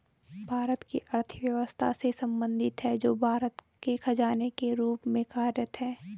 भारत की अर्थव्यवस्था से संबंधित है, जो भारत के खजाने के रूप में कार्यरत है